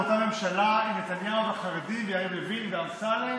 באותה ממשלה עם נתניהו והחרדים ויריב לוין ואמסלם,